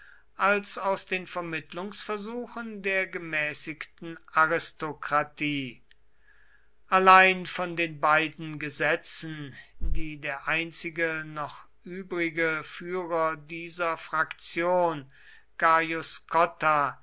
als aus den vermittlungsversuchen der gemäßigten aristokratie allein von den beiden gesetzen die der einzige noch übrige führer dieser fraktion gaius cotta